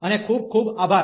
અને ખૂબ ખૂબ આભાર